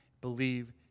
believe